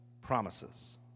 promises